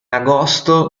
agosto